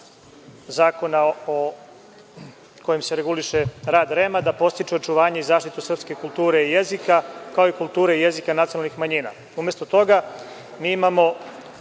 Zakona kojim se reguliše rad REM-a, da podstiče očuvanje i zaštitu srpske kulture i jezika, kao i kulture jezika nacionalnih manjina. Umesto toga, mi imamo